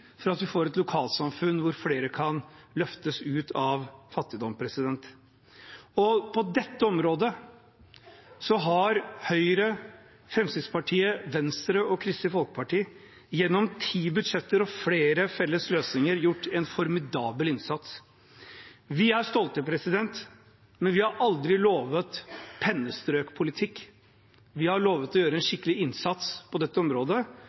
for at vi får et lokalsamfunn hvor flere kan løftes ut av fattigdom. På dette området har Høyre, Fremskrittspartiet, Venstre og Kristelig Folkeparti gjennom ti budsjetter og flere felles løsninger gjort en formidabel innsats. Vi er stolte, men vi har aldri lovet pennestrøkpolitikk. Vi har lovet å gjøre en skikkelig innsasts på dette området,